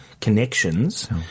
connections –